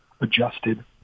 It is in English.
adjusted